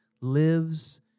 lives